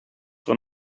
what